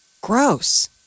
Gross